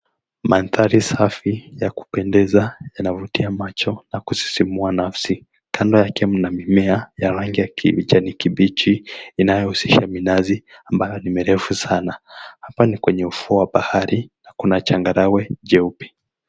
Mandhari safi ya kupendeza, yanavutia macho na kusisimua nafsi. Kando yake kuna mmea ya rangi ya kijani kibichi, inayo husisha minazi ambayo ni mirefu sana. Hapa ni kwenye ufuo wa bahari na kuna changarawe jeupe.